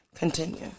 continue